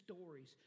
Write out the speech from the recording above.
stories